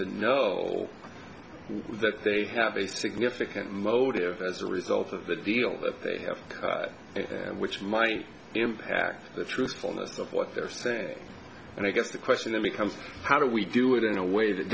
to know that they have a significant motive as a result of the deal that they have which might impact the truthfulness of what they're saying and i guess the question then becomes how do we do it in a way that